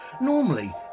Normally